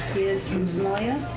is from somalia?